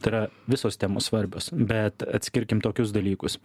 tai yra visos temos svarbios bet atskirkim tokius dalykus